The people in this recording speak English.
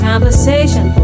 Conversation